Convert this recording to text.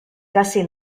gussie